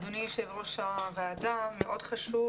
אדוני יושב ראש הוועדה, מאוד חשוב